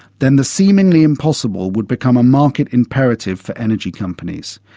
then the seemingly impossible would become a market imperative for energy companies.